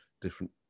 different